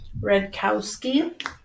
Redkowski